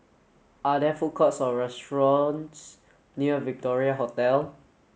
are there food courts or restaurants near Victoria Hotel